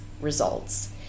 results